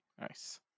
Nice